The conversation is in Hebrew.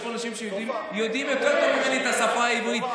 יש פה אנשים שיודעים יותר ממני את השפה העברית,